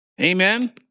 Amen